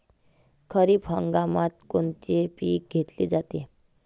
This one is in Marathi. खरिप हंगामात कोनचे पिकं घेतले जाते?